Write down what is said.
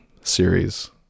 series